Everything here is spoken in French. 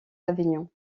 avignon